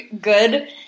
good